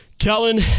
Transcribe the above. Kellen